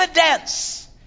evidence